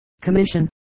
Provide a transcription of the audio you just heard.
Commission